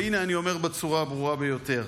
והינה אני אומר בצורה הברורה ביותר: